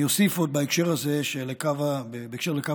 אני אוסיף עוד בקשר לקו התפר,